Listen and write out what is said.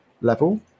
level